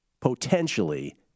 potentially